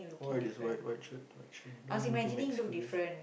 why this white white shirt white shirt no don't give me excuses